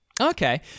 Okay